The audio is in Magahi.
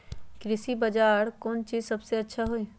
कृषि बजार में कौन चीज सबसे अच्छा होई?